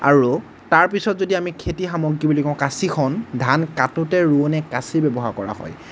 আৰু তাৰপিছত যদি আমি খেতি সামগ্ৰী বুলি কওঁ কাঁচিখন ধান কাটোতে ৰোঁৱনীয়ে কাঁচি ব্যৱহাৰ কৰা হয়